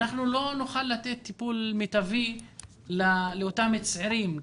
אנחנו לא נוכל לתת טיפול מיטבי לאותם צעירים.